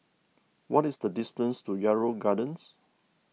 what is the distance to Yarrow Gardens